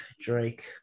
Drake